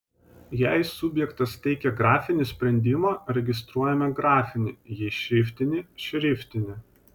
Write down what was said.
jei subjektas teikia grafinį sprendimą registruojame grafinį jei šriftinį šriftinį